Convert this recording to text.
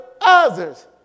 others